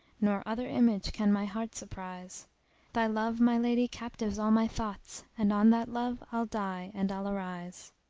nor other image can my heart surprise thy love, my lady, captives all my thoughts and on that love i'll die and i'll arise.